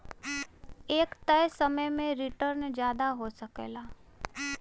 एक तय समय में रीटर्न जादा हो सकला